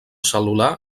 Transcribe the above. cel·lular